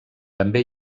també